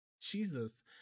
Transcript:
Jesus